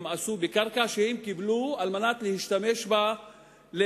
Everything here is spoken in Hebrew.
הם עשו בקרקע שהם קיבלו על מנת להשתמש בה לחקלאות.